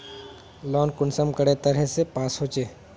Loan कुंसम करे तरह से पास होचए?